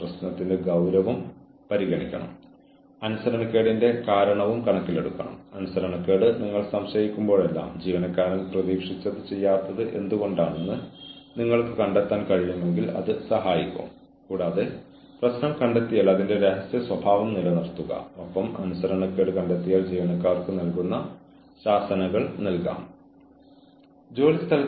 എന്നാൽ പിന്നീട് നിങ്ങൾ ഒരു റിപ്പോർട്ട് എഴുതുമ്പോൾ നിങ്ങൾ ജീവനക്കാരനോട് സംസാരിക്കുമ്പോൾ എന്താണ് പ്രതീക്ഷിക്കുന്നതെന്നും എപ്പോഴാണെന്നും കൂടാതെ ഈ പ്രതീക്ഷകൾ നിറവേറ്റിയില്ലെങ്കിൽ എന്ത് സംഭവിക്കും എന്നും ജീവനക്കാരൻ വ്യക്തമായി മനസ്സിലാക്കുന്നുവെന്ന് ഉറപ്പാക്കുക